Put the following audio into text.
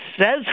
says